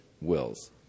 wills